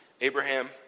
Abraham